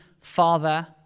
father